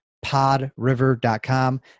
Podriver.com